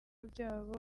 byabo